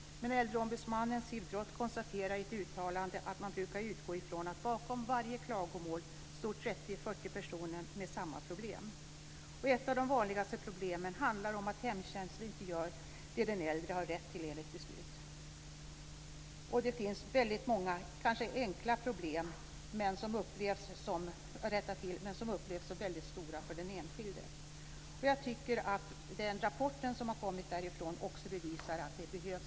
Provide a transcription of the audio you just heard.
Men äldreombudsmannen Siv Drott konstaterar i ett uttalande att man brukar utgå från att det bakom varje klagomål står 30-40 personer med samma problem. Ett av de vanligaste problemen handlar om att hemtjänsten inte gör det den äldre har rätt till enligt beslut. Det finns väldigt många problem som kanske är enkla att rätta till men som upplevs som väldigt stora för den enskilde. Jag tycker att den här rapporten också bevisar att det behövs en äldreombudsman.